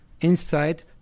Inside